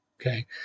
Okay